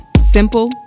Simple